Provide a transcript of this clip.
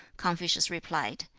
confucius replied,